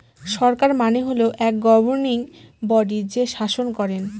সরকার মানে হল এক গভর্নিং বডি যে শাসন করেন